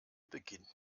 beginnt